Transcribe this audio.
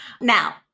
Now